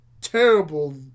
terrible